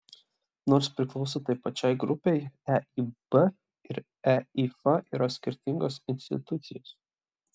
nors priklauso tai pačiai grupei eib ir eif yra skirtingos institucijos